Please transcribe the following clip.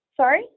Sorry